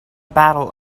battle